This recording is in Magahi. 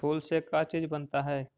फूल से का चीज बनता है?